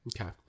okay